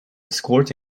escort